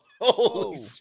Holy